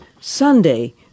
Sunday